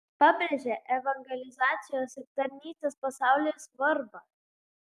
pabrėžia evangelizacijos ir tarnystės pasaulyje svarbą